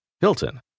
Hilton